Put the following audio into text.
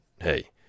hey